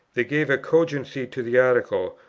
they gave a cogency to the article,